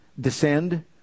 descend